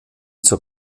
zur